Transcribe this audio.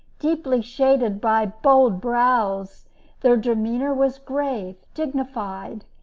deeply shaded by bold brows their demeanor was grave, dignified,